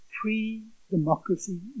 pre-democracy